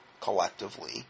collectively